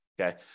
Okay